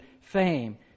fame